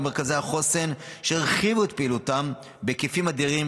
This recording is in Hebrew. במרכזי החוסן שהרחיבו את פעילותם בהיקפים אדירים,